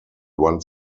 one